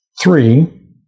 three